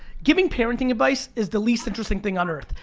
giving parenting advice is the least-interesting thing on earth.